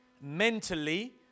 mentally